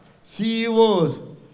CEOs